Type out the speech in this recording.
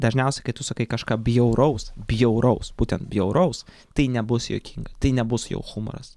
dažniausiai kai tu sakai kažką bjauraus bjauraus būtent bjauraus tai nebus juokinga tai nebus jau humoras